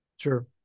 sure